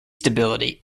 stability